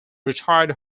retired